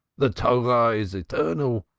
the torah is eternal.